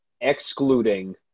excluding